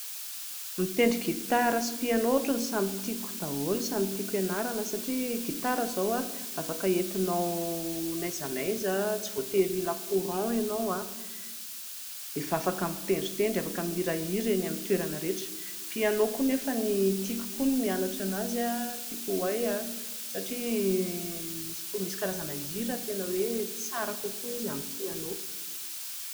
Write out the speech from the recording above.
Mitendry gitara sy piano ohatran'ny samy tiako daholo, samy tiako hianarana satria ny gitara izao a afaka hentinao n'aiza n'aiza tsy voatery hila courant ianao a dia efa afaka mitendritendry, afaka mihirahira eny amin'ny toerana rehetra, ny mpiano koa anefa tiako koa ny mianatra an'azy, tiako ho hay a, satria misy karazana hira tena hoe tsara kokoa izy amin'ny piano